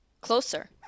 Closer